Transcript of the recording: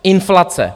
Inflace.